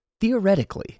Theoretically